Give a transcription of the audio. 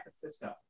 Francisco